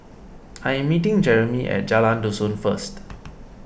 I am meeting Jeremie at Jalan Dusun first